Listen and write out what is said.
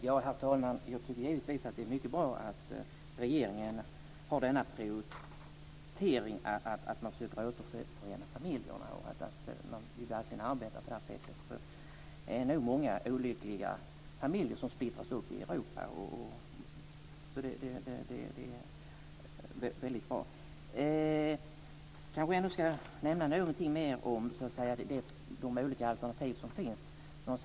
Herr talman! Jag tycker givetvis att det är mycket bra att regeringen har denna prioritering att man försöker återförena familjer och att man verkligen arbetar på det här sättet. Det är nog många olyckliga familjer som splittras i Europa, så det är bra. Jag kanske ändå ska nämna någonting mer om de olika alternativ som finns.